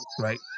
Right